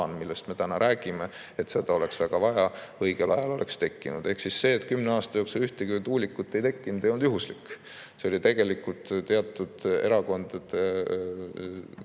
millest me täna räägime, oleks väga vaja ja et see õigel ajal oleks tekkinud. Ehk siis see, et kümne aasta jooksul ühtegi tuulikut ei tekkinud, ei olnud juhuslik. See oli tegelikult teatud erakondade